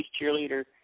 cheerleader